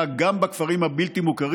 האוכלוסייה למצבי חירום גם בכפרים הבלתי-מוכרים.